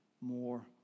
more